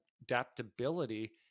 adaptability